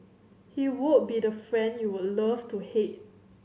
he would be the friend you would love to hate